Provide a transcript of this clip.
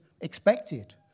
expected